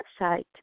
website